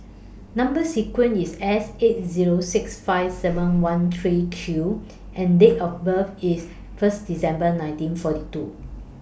Number sequence IS S eight Zero six five seven one three Q and Date of birth IS First December nineteen forty two